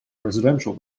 residential